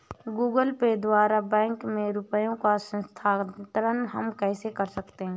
Google Pay द्वारा bank में रुपयों का स्थानांतरण हम कैसे कर सकते हैं?